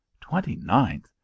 Twenty-ninth